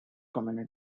community